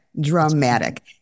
dramatic